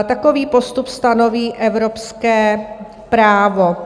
Takový postup stanoví evropské právo.